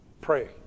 Pray